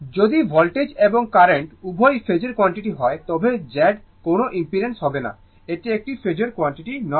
যদি ভোল্টেজ এবং কারেন্ট উভয়ই ফেজোর কোয়ান্টিটি হয় তবে Z কোনও ইম্পিডেন্স হবে না এটি একটি ফেজোর কোয়ান্টিটি নয়